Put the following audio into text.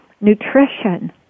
nutrition